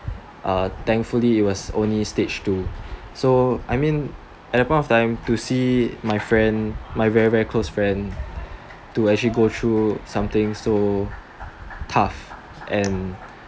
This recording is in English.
uh thankfully is was only stage two so I mean at that point of time to see my friend my very very close friend to actually go though something so tough and